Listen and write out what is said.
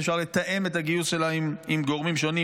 שאפשר לתאם את הגיוס שלה עם גורמים שונים.